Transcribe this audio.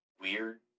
weird